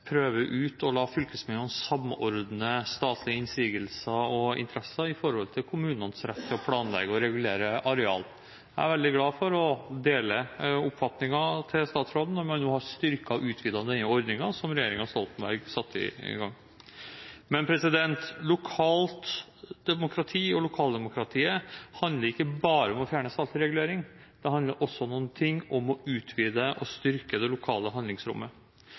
ut å la fylkesmennene samordne statlige innsigelser og interesser i forhold til kommunenes rett til å planlegge og regulere areal. Jeg er veldig glad for, og deler oppfatningen til statsråden, at man nå har styrket og utvidet denne ordningen som regjeringen Stoltenberg satte i gang. Men lokalt demokrati og lokaldemokratiet handler ikke bare om å fjerne statlige reguleringer. Det handler også om å utvide og styrke det lokale handlingsrommet.